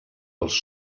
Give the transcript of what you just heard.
els